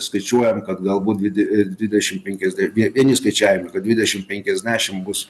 skaičiuojam kad galbūt dvide e dvidešimt penkiasde vie vieni skaičiavimai kad dvidešimt penkiasdešimt bus